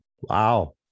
wow